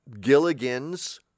Gilligan's